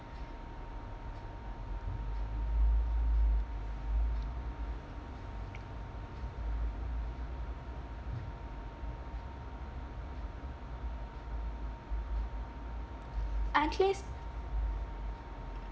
at least